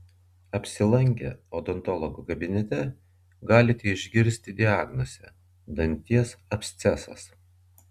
apsilankę odontologo kabinete galite išgirsti diagnozę danties abscesas